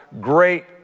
great